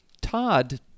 Todd